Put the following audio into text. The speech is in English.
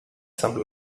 some